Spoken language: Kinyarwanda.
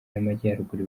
y’amajyaruguru